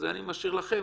את זה אני משאיר לכם.